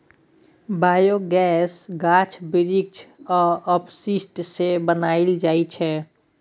biogas गाछ बिरीछ आ अपशिष्ट सँ बनाएल जाइ छै